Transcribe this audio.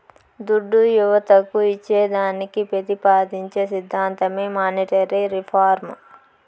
దుడ్డు యువతకు ఇచ్చేదానికి పెతిపాదించే సిద్ధాంతమే మానీటరీ రిఫార్మ్